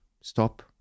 stop